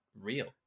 real